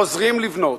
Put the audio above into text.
חוזרים לבנות.